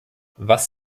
was